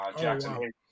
Jackson